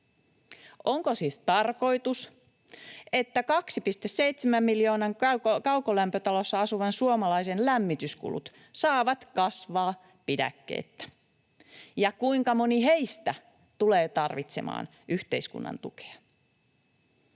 Onko siis tarkoitus, että 2,7 miljoonan kaukolämpötalossa asuvan suomalaisen lämmityskulut saavat kasvaa pidäkkeettä? Ja kuinka moni heistä tulee tarvitsemaan yhteiskunnan tukea?